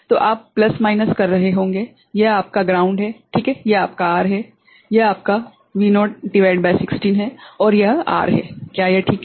तो आप plus minus कर रहे होंगे यह आपका ग्राउंड है ठीक है और यह आपका R है यह आपका V0 भागित16 है और यह R है क्या यह ठीक है